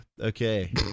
Okay